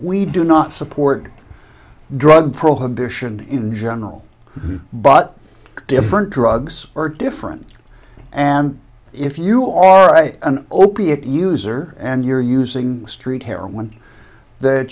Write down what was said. we do not support drug prohibition in general but different drugs are different and if you or i an opiate user and you're using street heroin that